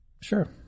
Sure